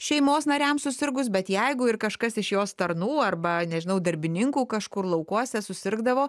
šeimos nariams susirgus bet jeigu ir kažkas iš jos tarnų arba nežinau darbininkų kažkur laukuose susirgdavo